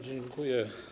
Dziękuję.